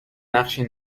نقشه